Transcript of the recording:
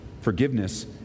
Forgiveness